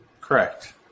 Correct